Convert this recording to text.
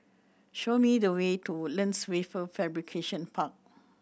show me the way to Lands Wafer Fabrication Park